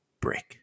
break